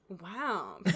wow